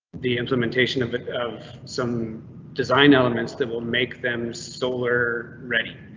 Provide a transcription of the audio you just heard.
the implementation of of some design elements that will make them solar ready.